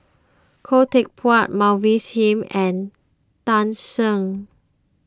Khoo Teck Puat Mavis Hee and Tan Shen